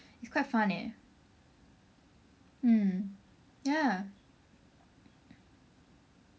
its quite fun eh hmm ya